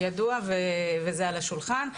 בהחלט ידוע וזה על השולחן.